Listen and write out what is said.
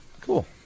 Cool